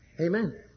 Amen